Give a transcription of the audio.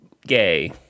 Gay